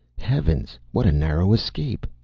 heavens! what a narrow escape!